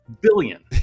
billion